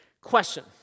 question